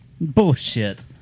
Bullshit